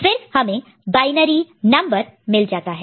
फिर हमें binary number मिल जाता है